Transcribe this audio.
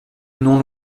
non